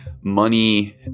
money